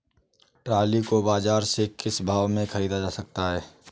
Trolley को बाजार से किस भाव में ख़रीदा जा सकता है?